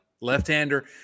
left-hander